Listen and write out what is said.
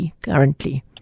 currently